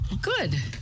Good